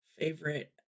favorite